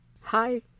Hi